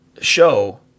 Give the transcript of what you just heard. Show